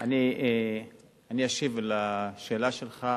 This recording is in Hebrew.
אני אשיב על השאלה שלך,